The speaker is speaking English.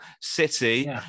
City